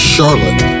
Charlotte